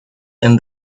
and